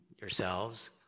yourselves